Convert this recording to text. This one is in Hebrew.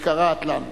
יקרה את לנו.